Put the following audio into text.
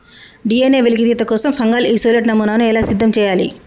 DNA వెలికితీత కోసం fungal isolate నమూనాను ఎలా సిద్ధం చెయ్యాలి?